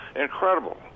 incredible